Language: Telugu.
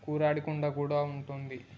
కూరాడి కుండ కూడా ఉంటుంది